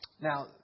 Now